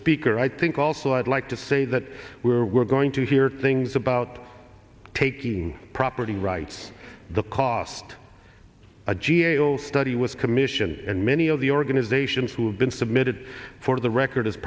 speaker i think also i'd like to say that we're going to hear things about taking property rights the cost a g a o study was commissioned and many of the organizations who have been submitted for the record